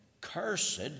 cursed